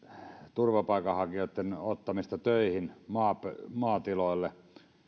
turvapaikanhakijoitten ottamisesta töihin maatiloille